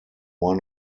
one